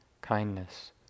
kindness